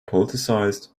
politicized